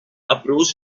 approached